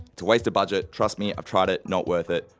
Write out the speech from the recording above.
it's a waste of budget. trust me, i've tried it, not worth it.